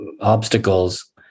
obstacles